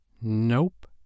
Nope